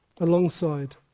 alongside